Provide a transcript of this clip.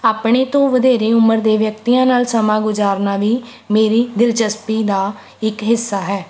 ਆਪਣੇ ਤੋਂ ਵਧੇਰੇ ਉਮਰ ਦੇ ਵਿਅਕਤੀਆਂ ਨਾਲ ਸਮਾਂ ਗੁਜ਼ਾਰਨਾ ਵੀ ਮੇਰੀ ਦਿਲਚਸਪੀ ਦਾ ਇੱਕ ਹਿੱਸਾ ਹੈ